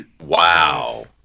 Wow